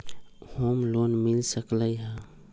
Home loan मिल सकलइ ह?